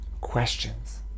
questions